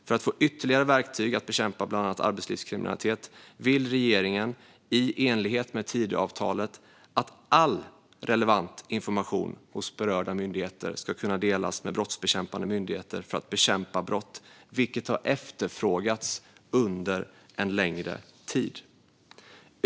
För att få ytterligare verktyg att bekämpa bland annat arbetslivskriminalitet vill regeringen, i enlighet med Tidöavtalet, att all relevant information hos berörda myndigheter ska kunna delas med brottsbekämpande myndigheter för att bekämpa brott, vilket har efterfrågats under en längre tid.